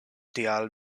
tial